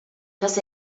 tas